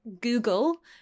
Google